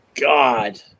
God